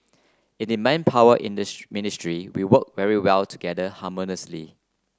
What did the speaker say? in the Manpower in this Ministry we work very well together harmoniously